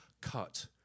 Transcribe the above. cut